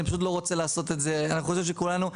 אני חושב שכולנו,